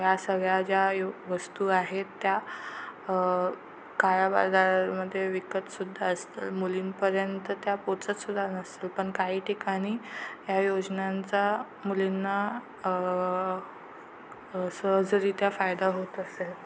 ह्या सगळ्या ज्या यु वस्तू आहेत त्या काळा बाजारामध्ये विकत सुद्धा असतात मुलींपर्यंत त्या पोचत सुद्धा नसतील पण काही ठिकाणी या योजनांचा मुलींना सहजरीत्या फायदा होत असेल